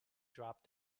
drop